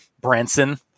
branson